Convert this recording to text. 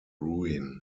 ruin